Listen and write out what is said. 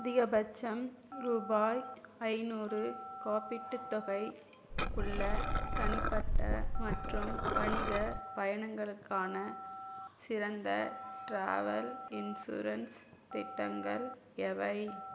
அதிகபட்சம் ரூபாய் ஐநூறு காப்பீட்டுத் தொகை உள்ள தனிப்பட்ட மற்றும் வணிகப் பயணங்களுக்கான சிறந்த ட்ராவல் இன்சூரன்ஸ் திட்டங்கள் எவை